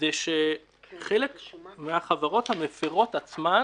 שחלק מן החברות המפרות עצמן